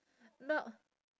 not